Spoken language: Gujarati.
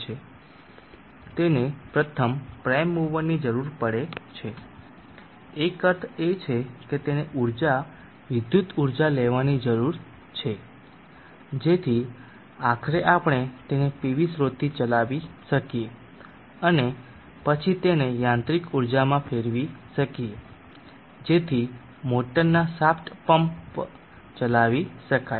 તેને પ્રથમ પ્રાઇમ મૂવરની જરૂર પડે છે એક અર્થ એ છે કે તેને ઊર્જા વિદ્યુત ઊર્જા લેવાની જરૂર છે જેથી આખરે આપણે તેને PV સ્રોતથી ચલાવી શકીએ અને પછી તેને યાંત્રિક ઊર્જામાં ફેરવી શકીએ જેથી મોટરના શાફ્ટ પંપ ચલાવી શકાય